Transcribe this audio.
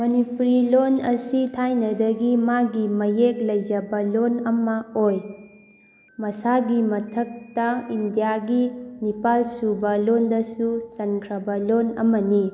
ꯃꯅꯤꯄꯨꯔꯤ ꯂꯣꯜ ꯑꯁꯤ ꯊꯥꯏꯅꯗꯒꯤ ꯃꯥꯒꯤ ꯃꯌꯦꯛ ꯂꯩꯖꯕ ꯂꯣꯜ ꯑꯃ ꯑꯣꯏ ꯃꯁꯥꯒꯤ ꯃꯊꯛꯇ ꯏꯟꯗꯤꯌꯥꯒꯤ ꯅꯤꯄꯥꯜꯁꯨꯕ ꯂꯣꯟꯗꯁꯨ ꯆꯟꯈ꯭ꯔꯕ ꯂꯣꯟ ꯑꯃꯅꯤ